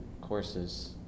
courses